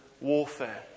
warfare